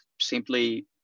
simply